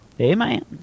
Amen